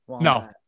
no